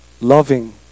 loving